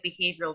behavioral